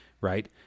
right